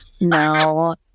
No